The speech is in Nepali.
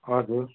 हजुर